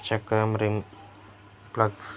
చెక్రం ring plugs